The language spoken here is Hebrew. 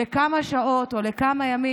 לכמה שעות או לכמה ימים,